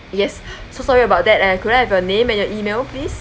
yes so sorry about that eh could I have your name and your email please